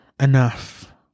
enough